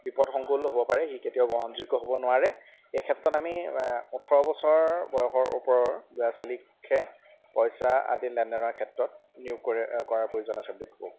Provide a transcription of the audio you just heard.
বিপদ সংকুল হ'ব পাৰে সি কেতিয়াও গ্ৰহণযোগ্য হ'ব নোৱাৰে এই ক্ষেত্ৰত আমি ওঠৰ বছৰ বয়সৰ ওপৰৰ ল'ৰা ছোৱালীকহে পইচা আদি লেনদেনৰ ক্ষেত্ৰত নিয়োগ কৰি কৰাৰ প্ৰয়োজন আছে বুলি ভাবোঁ